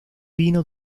vino